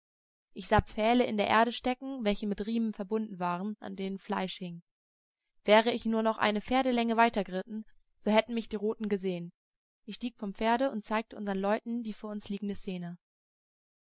ich sah pfähle in der erde stecken welche mit riemen verbunden waren an denen fleisch hing wäre ich nur noch eine pferdelänge weitergeritten so hätten mich die roten gesehen ich stieg vom pferde und zeigte unsern leuten die vor uns liegende szene